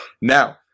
Now